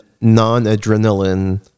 non-adrenaline